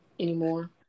anymore